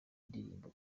ndirimbo